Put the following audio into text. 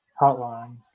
hotline